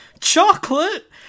Chocolate